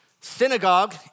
synagogue